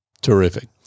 Terrific